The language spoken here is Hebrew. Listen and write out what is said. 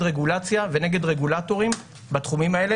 רגולציה ונגד רגולטורים בתחומים האלה.